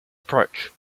approach